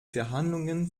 verhandlungen